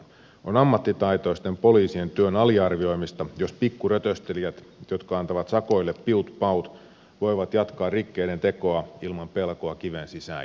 on ammattitaitoisten poliisien työn aliarvioimista jos pikkurötöstelijät jotka antavat sakoille piutpaut voivat jatkaa rikkeiden tekoa ilman pelkoa kiven sisään joutumisesta